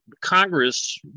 Congress